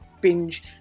binge